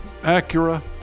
Acura